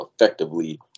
effectively